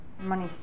money